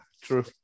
true